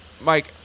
Mike